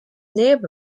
neb